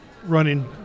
running